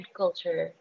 culture